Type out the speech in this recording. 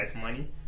money